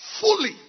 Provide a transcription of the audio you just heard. fully